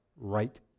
right